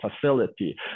facility